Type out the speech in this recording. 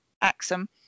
Axum